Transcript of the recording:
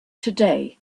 today